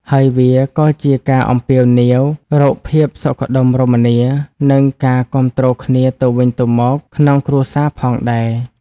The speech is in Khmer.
ហើយវាក៏ជាការអំពាវនាវរកភាពសុខដុមរមនា និងការគាំទ្រគ្នាទៅវិញទៅមកក្នុងគ្រួសារផងដែរ។